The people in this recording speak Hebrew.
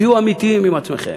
תהיו אמיתיים עם עצמכם.